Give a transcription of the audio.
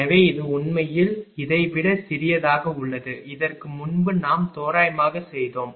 எனவே இது உண்மையில் இதை விட சிறியதாக உள்ளது இதற்கு முன்பு நாம் தோராயமாக செய்தோம்